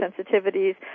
sensitivities